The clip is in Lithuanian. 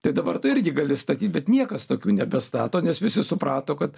tai dabar tu irgi gali statyt bet niekas tokių nebestato nes visi suprato kad